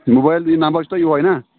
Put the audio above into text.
mobile یہِ number چھُ تۄہہِ یِہوے نا